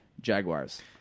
Jaguars